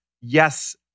Yes